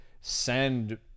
send